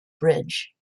bridge